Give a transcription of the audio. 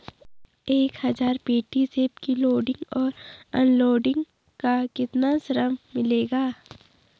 एक हज़ार पेटी सेब की लोडिंग और अनलोडिंग का कितना श्रम मिलेगा?